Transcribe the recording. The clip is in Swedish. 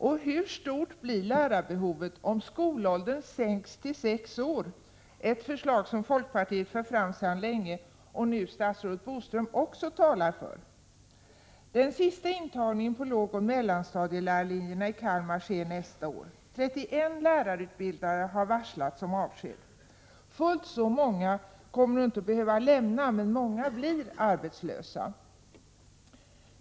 Och hur stort blir lärarbehovet om skolåldern sänks till sex år — ett förslag som folkpartiet fört fram sedan länge och som nu också statsrådet talar för? Den sista intagningen på lågoch mellanstadielärarlinjerna i Kalmar sker nästa år. 31 lärarutbildare har varslats om avsked. Fullt så många kommer nog inte att behöva lämna sitt arbete, men många blir arbetslösa.